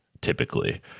typically